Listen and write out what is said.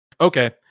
Okay